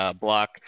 block